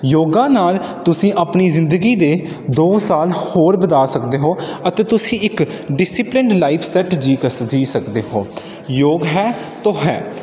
ਯੋਗਾ ਨਾਲ ਤੁਸੀਂ ਆਪਣੀ ਜਿੰਦਗੀ ਦੇ ਦੋ ਸਾਲ ਹੋਰ ਵਧਾ ਸਕਦੇ ਹੋ ਅਤੇ ਤੁਸੀਂ ਇੱਕ ਡਿਸਿਪਲਡ ਲਾਈਫ ਸੈੱਟ ਜੀ ਕ ਜੀ ਸਕਦੇ ਹੋ ਯੋਗ ਹੈ ਤੋ ਹੈ